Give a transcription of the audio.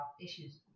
issues